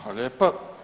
Hvala lijepa.